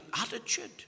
attitude